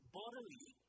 bodily